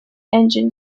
engine